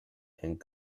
and